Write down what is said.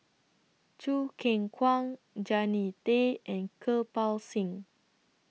Choo Keng Kwang Jannie Tay and Kirpal Singh